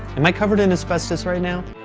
am i covered in asbestos right now?